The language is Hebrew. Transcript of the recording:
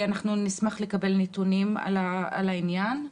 נשמח לקבל נתונים על העניין.